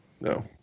No